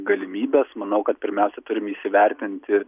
galimybes manau kad pirmiausia turim įsivertinti